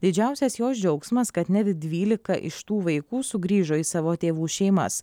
didžiausias jos džiaugsmas kad net dvylika iš tų vaikų sugrįžo į savo tėvų šeimas